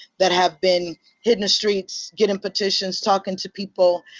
that have been hitting the streets, getting petitions, talking to people.